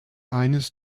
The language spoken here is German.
eines